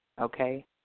okay